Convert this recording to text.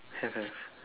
have have